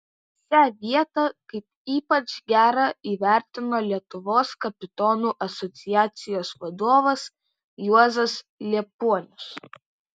šią vietą kaip ypač gerą įvertino lietuvos kapitonų asociacijos vadovas juozas liepuonius